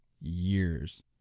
years